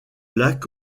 lac